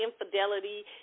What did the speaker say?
infidelity